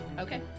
Okay